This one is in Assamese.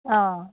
অঁ